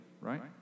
right